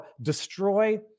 destroy